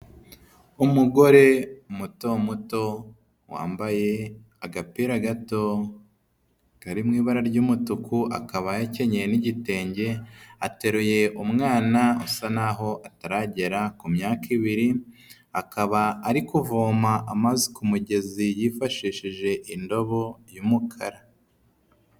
Umugore muto muto wambaye agapira gato kari mu ibara ry'umutuku, akaba yakenyeye n'igitenge, ateruye umwana usa n'aho ataragera ku myaka ibiri, akaba ari kuvoma amazi ku mugezi yifashishije indobo y'umukara.